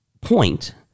point